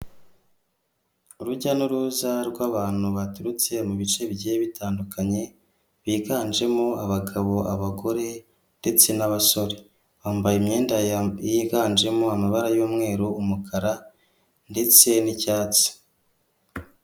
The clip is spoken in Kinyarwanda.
Urujya n'uruza rw'abantu baturutse mu bice bigiye bitandukanye biganjemo abagabo, abagore ndetse n'abasore, bambaye imyenda yiganjemo amabara y'umweru, umukara ndetse n'icyatsi.